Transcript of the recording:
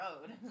road